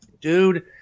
dude